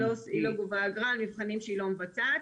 היא לא גובה אגרה על מבחנים שהיא לא מבצעת.